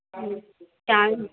time